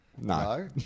no